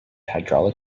hydraulic